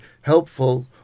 helpful